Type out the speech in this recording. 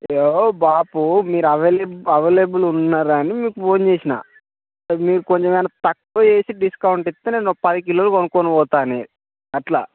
అయ్యో బాపు మీరు అవైలి అవైలిబుల్ ఉన్నారని మీకు ఫోన్ చేసినా సో మీరు కొంచెం ఏమన్నా తక్కువ చేసి డిస్కౌంట్ ఇస్తే నేను పది కిలోలు కొనుక్కుని పోతానే అట్లా